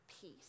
Peace